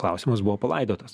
klausimas buvo palaidotas